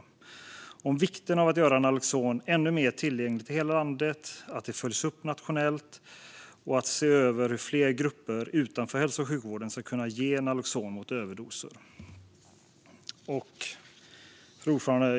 Det handlar om vikten av att göra naloxon ännu mer tillgängligt i hela landet, att tillgängligheten följs upp nationellt och att se över hur fler grupper utanför hälso och sjukvården ska kunna ge naloxon mot överdoser. Fru talman!